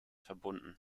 verbunden